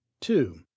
two